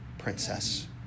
princess